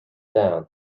down